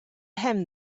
him